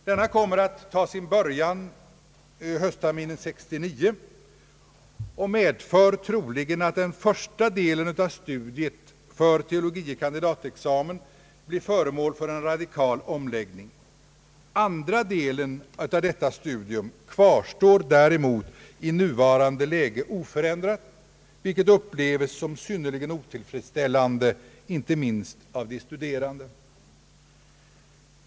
Dessa kommer att ta sin början höstterminen 1969 och medför troligen att den första delen av studiet för teologie kandidat :examen blir föremål för en radikal omläggning. Andra delen av detta studium kvarstår däremot i nuvarande läge oförändrad, vilket uppleves som synnerligen otillfredsställande, inte minst av de studerande.